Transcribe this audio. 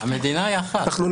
המדינה היא אחת.